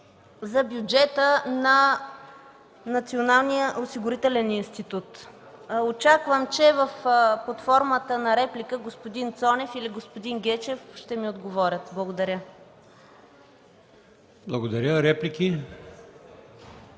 за бюджета на Националния осигурителен институт. Очаквам, че под формата на реплика господин Цонев или господин Гечев ще ми отговорят. Благодаря. ПРЕДСЕДАТЕЛ